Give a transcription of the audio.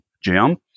jim